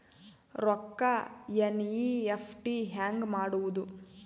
ರೊಕ್ಕ ಎನ್.ಇ.ಎಫ್.ಟಿ ಹ್ಯಾಂಗ್ ಮಾಡುವುದು?